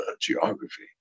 geography